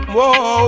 Whoa